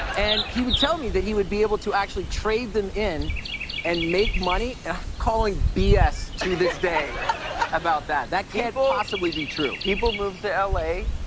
and he would tell me that he would be able to actually trade them in and make money, and i'm calling b s. to this day about that. that can't possibly be true. people move to l a,